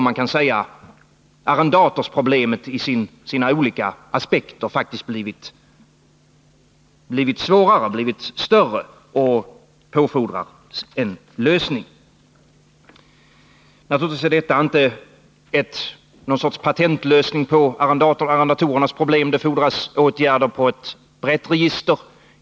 Man kan säga att arrendatorproblemet i sina olika aspekter faktiskt har blivit större och påfordrar en lösning. Naturligtvis är detta inte någon sorts patentlösning på arrendatorernas problem. Det fordras åtgärder inom ett mycket brett register.